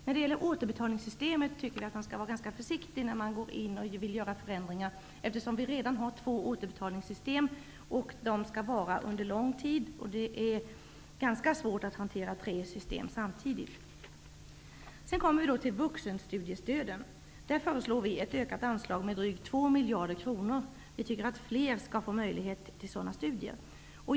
När det gäller återbetalningssystemet tycker jag att man skall vara ganska försiktig när man vill göra förändringar, eftersom vi redan har två återbetalningssystem som skall finnas under lång tid. Det är ganska svårt att hantera tre system samtidigt. När det gäller vuxenstudiestöden föreslår vi ett ökat anslag med drygt 2 miljarder kronor. Vi tycker att fler skall få möjlighet till sådana studier.